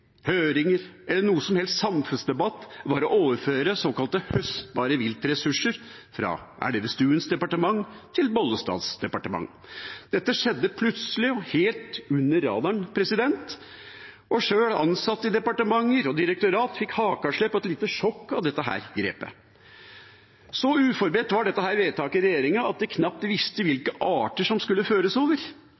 høringer eller noen som helst samfunnsdebatt – var å overføre såkalt høstbare viltressurser fra Elvestuens departement til Bollestads departement. Det skjedde plutselig og helt under radaren, og sjøl ansatte i departement og direktorat fikk hakeslepp og et lite sjokk av dette grepet. Så uforberedt var vedtaket i regjeringa at de knapt visste hvilke arter som skulle føres over,